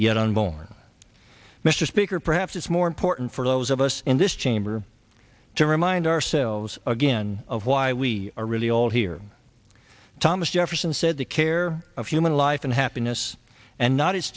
unborn mr speaker perhaps it's more important for those of us in this chamber to remind ourselves again of why we are really all here thomas jefferson said the care of human life and happiness and not